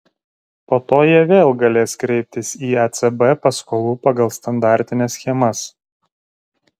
po to jie vėl galės kreiptis į ecb paskolų pagal standartines schemas